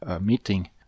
meeting